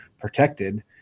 protected